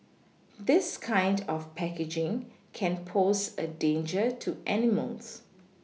this kind of packaging can pose a danger to animals